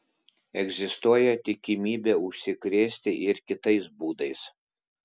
egzistuoja tikimybė užsikrėsti ir kitais būdais